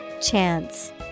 Chance